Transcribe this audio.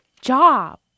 job